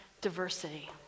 diversity